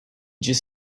just